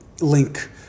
link